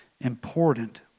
important